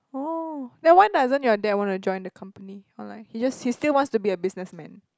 oh then why doesn't your dad wanna join the company or like he just he still wants to be a businessman